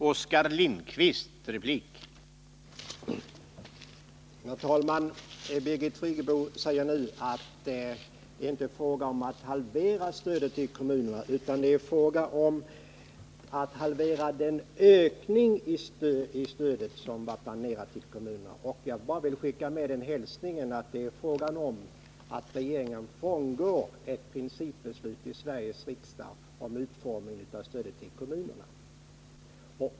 Herr talman! Birgit Friggebo säger nu att det inte är fråga om att halvera stödet till kommunerna utan att det är fråga om att halvera den ökning av stödet till kommunerna som var planerad. Jag vill bara skicka med den hälsningen att det är fråga om att regeringen frångår ett principbeslut i Sveriges riksdag om utformningen av stödet till kommunerna.